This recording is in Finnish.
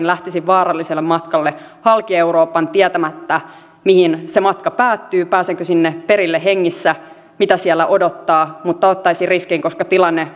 lähtisin vaaralliselle matkalle halki euroopan tietämättä mihin se matka päättyy pääsenkö sinne perille hengissä mitä siellä odottaa mutta ottaisin riskin koska tilanne